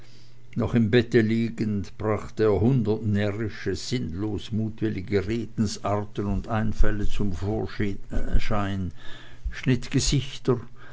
noch im bette liegend brachte er hundert närrische sinnlos mutwillige redensarten und einfälle zum vorschein schnitt gesichter